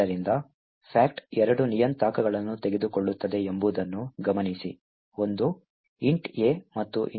ಆದ್ದರಿಂದ fact ಎರಡು ನಿಯತಾಂಕಗಳನ್ನು ತೆಗೆದುಕೊಳ್ಳುತ್ತದೆ ಎಂಬುದನ್ನು ಗಮನಿಸಿ ಒಂದು int a ಮತ್ತು ಇನ್ನೊಂದು ಪಾಯಿಂಟರ್ int b